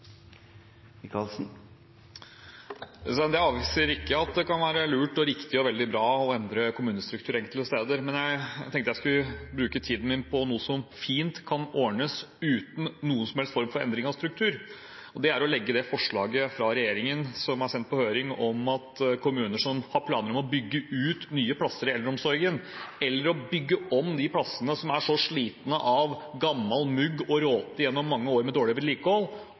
blir replikkordskifte. Jeg avviser ikke at det kan være lurt, riktig og veldig bra å endre kommunestruktur enkelte steder, men jeg tenkte jeg skulle bruke tiden min på noe som fint kan ordnes uten noen som helst form for endring av struktur. Det er at det forslaget fra regjeringen som er sendt på høring, om at kommuner som har planer om å bygge ut nye plasser i eldreomsorgen eller å bygge om de plassene som er så slitne av gammel mugg og råte gjennom mange år med